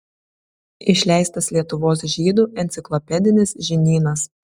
išleistas lietuvos žydų enciklopedinis žinynas